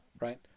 right